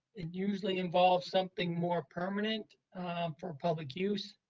it usually involves something more permanent for public use.